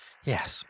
Yes